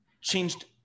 changed